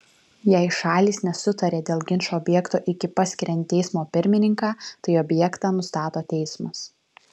jei šalys nesutarė dėl ginčo objekto iki paskiriant teismo pirmininką tai objektą nustato teismas